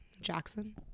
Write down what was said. Jackson